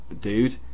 dude